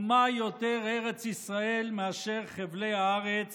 ומה יותר ארץ ישראל מאשר חבלי הארץ